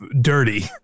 dirty